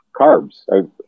carbs